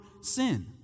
sin